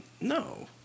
no